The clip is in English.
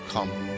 Come